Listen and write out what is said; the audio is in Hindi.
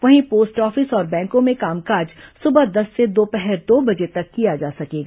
वहीं पोस्ट ऑफिस और बैंकों में कामकाज सुबह दस से दोपहर दो बजे तक किया जा सकेगा